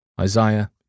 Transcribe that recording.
Isaiah